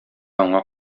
аңа